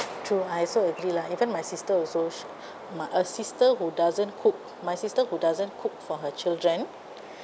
true I also agree lah even my sister also she my a sister who doesn't cook my sister who doesn't cook for her children